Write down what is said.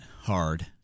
hard